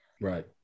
right